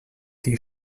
die